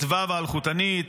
את ו' האלחוטנית,